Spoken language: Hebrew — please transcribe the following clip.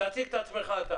תציג את עצמך.